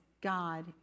God